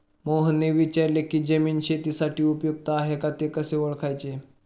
मोहनने विचारले की जमीन शेतीसाठी उपयुक्त आहे का ते कसे ओळखायचे?